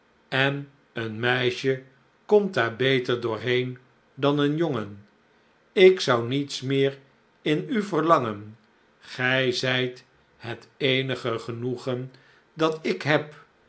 en een meisje komt daar beter doorheen dan een jongen ik zou niets meer in u verlangen gij zijt het eenige genoegen dat ik heb